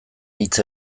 hitz